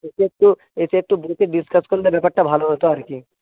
এসে একটু এসে একটু বসে ডিসকাস করলে ব্যাপারটা ভালো হত আর কি